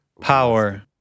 power